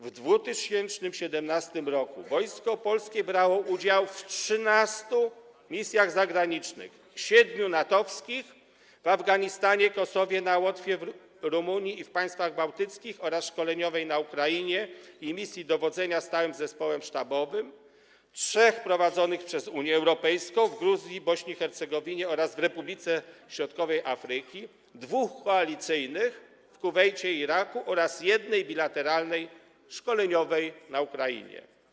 W 2017 r. Wojsko Polskie brało udział w 13 misjach zagranicznych: siedmiu NATO-wskich w Afganistanie, Kosowie, na Łotwie, w Rumunii i w państwach bałtyckich oraz szkoleniowej na Ukrainie i misji dowodzenia stałym zespołem sztabowym, trzech prowadzonych przez Unię Europejską w Gruzji, Bośni i Hercegowinie oraz w Republice Środkowej Afryki, dwóch koalicyjnych w Kuwejcie i Iraku oraz jednej bilateralnej, szkoleniowej na Ukrainie.